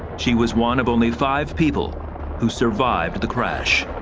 she was one of only five people who survived the crash.